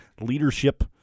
Leadership